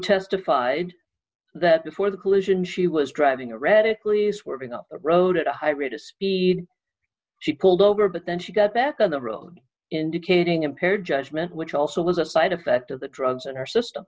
testified that before the collision she was driving a radically swerving off the road at a high rate of speed she pulled over but then she got back on the road indicating impaired judgment which also was a side effect of the drugs in her system